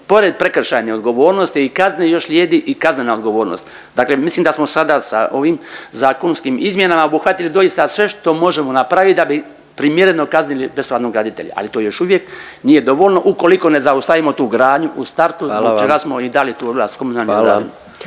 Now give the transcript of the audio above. pored prekršajnih odgovornosti i kazna još slijedi i kaznena odgovornost. Dakle mislim da smo sada sa ovim zakonskim izmjenama obuhvatili doista sve što možemo napravit da bi primjereno kaznili bespravnog graditelja. Ali to još uvijek nije dovoljno ukoliko ne zaustavimo tu gradnju u startu …/Upadica predsjednik: Hvala vam./…